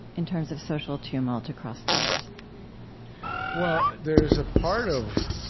in terms of social tumult across the years well, there's a part of